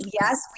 yes